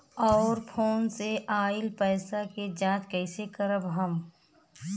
और फोन से आईल पैसा के जांच कैसे करब हम?